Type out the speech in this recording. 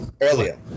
earlier